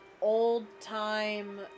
old-time